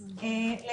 השר.